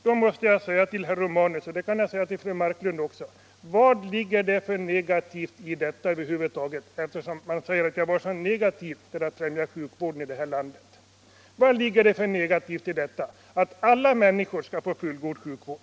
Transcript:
Då måste jag säga till herr Romanus, och det kan jag också säga till fru Marklund: Vad ligger det för negativt i detta över huvud taget eftersom man säger att jag var så negativ mot sjukvården i detta land? Vad ligger det för negativt i detta att alla människor skall få fullgod sjukvård?